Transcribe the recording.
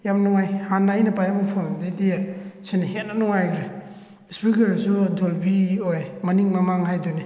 ꯌꯥꯝ ꯅꯨꯡꯉꯥꯏ ꯍꯥꯟꯅ ꯑꯩꯅ ꯄꯥꯏꯔꯝꯕ ꯐꯣꯟꯗꯨꯗꯩꯗꯤ ꯁꯤꯅ ꯍꯦꯟꯅ ꯅꯨꯡꯉꯥꯏꯈ꯭ꯔꯦ ꯏꯁꯄꯤꯀꯔꯁꯤꯁꯨ ꯗꯨꯑꯦꯜ ꯑꯣꯏ ꯃꯅꯤꯡ ꯃꯃꯥꯡ ꯍꯥꯏꯗꯨꯏꯅꯦ